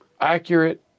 accurate